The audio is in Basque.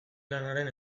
lanaren